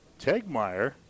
Tegmeyer